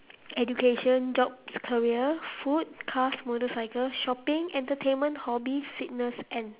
education jobs career food cars motorcycle shopping entertainment hobby fitness and